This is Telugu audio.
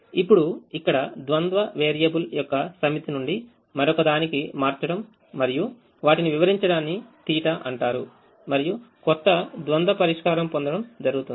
ఇప్పుడు ఇక్కడ ద్వంద్వ వేరియబుల్ యొక్క సమితి నుండి మరొకదానికి మార్చడం మరియు వాటిని వివరించడాని θ అంటారు మరియు కొత్త ద్వంద్వ పరిష్కారం పొందడంజరుగుతుంది